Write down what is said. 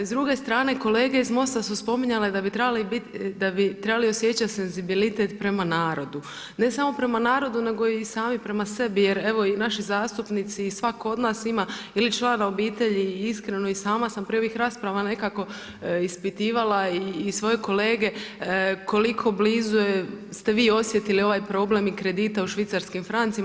S druge strane kolege iz MOST-a su spominjali da bi trebali osjećati senzibilitet prema narodu, ne samo prema narodu nego i sami prema sebi jer evo i naši zastupnici i svatko od nas ima ili člana obitelji, iskreno i sama sam prije ovih rasprava nekako ispitivala i svoje kolege koliko blizu ste vi osjetili ovaj problem i kredita u švicarskim francima.